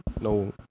no